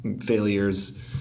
failures